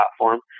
platform